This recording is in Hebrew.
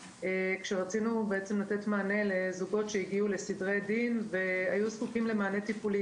כשרצינו לתת מענה לזוגות שהגיעו לסדרי דין והיו זקוקים למענה טיפולי.